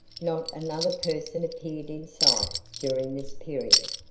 not another person appeared in sight during this period,